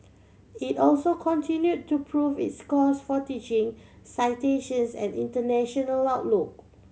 it also continue to prove its scores for teaching citations and international outlook